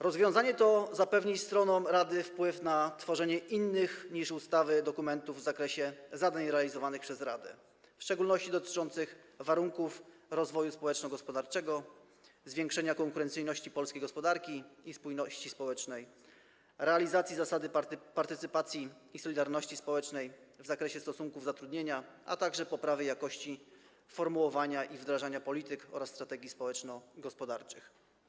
Rozwiązanie to zapewni stronom rady wpływ na tworzenie innych niż ustawy dokumentów w zakresie zadań realizowanych przez radę, w szczególności dotyczących warunków rozwoju społeczno-gospodarczego, zwiększenia konkurencyjności polskiej gospodarki i spójności społecznej, realizacji zasady partycypacji i solidarności społecznej w zakresie stosunków zatrudnienia, a także poprawy jakości formułowania i wdrażania polityk oraz strategii społeczno-gospodarczych.